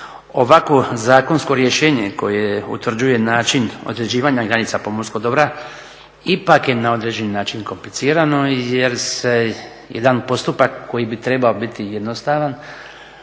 ovako zakonsko rješenje koje utvrđuje način određivanja granica pomorskog dobra ipak je na određeni način komplicirano jer se jedan postupak koji bi trebao biti jednostavan,